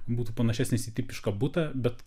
būtų panašesnis į tipišką butą bet